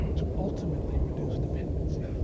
to ultimately reduce dependency.